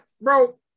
Bro